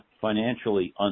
financially